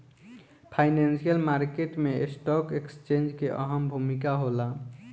financial market में stock exchange के अहम भूमिका होला